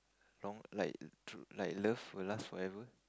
long like true like love will last forever